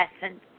essence